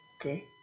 Okay